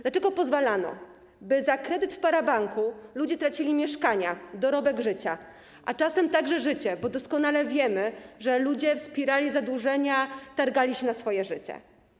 Dlaczego pozwalano, by za kredyt w parabanku ludzie tracili mieszkania, dorobek życia, a czasem także życie, bo doskonale wiemy, że ludzie w spirali zadłużenia targali się na swoje życie?